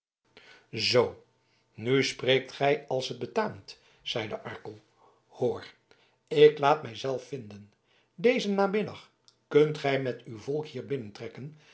zoo nu spreekt gij als t betaamt zeide arkel hoor ik laat mij wel vinden dezen namiddag kunt gij met uw volk hier